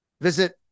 Visit